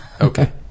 Okay